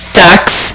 ducks